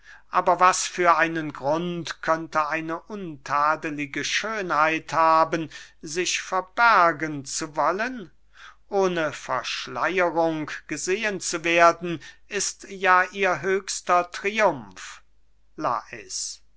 aber was für einen grund könnte eine untadelige schönheit haben sich verbergen zu wollen ohne verschleierung gesehen zu werden ist ja ihr höchster triumf lais